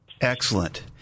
Excellent